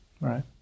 Right